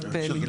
אגב,